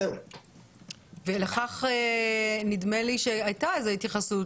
לכך נדמה לי שהייתה התייחסות,